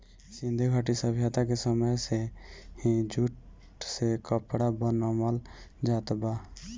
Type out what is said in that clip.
सिंधु घाटी सभ्यता के समय से ही जूट से कपड़ा बनावल जात बा